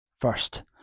First